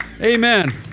Amen